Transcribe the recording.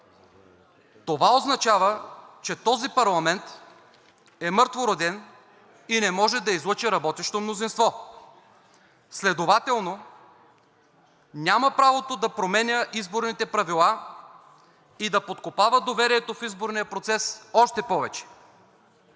това означава, че този парламент и мъртвороден и не може да излъчи работещо мнозинство, следователно няма правото да променя изборните правила и да подкопава доверието в изборния процес още повече.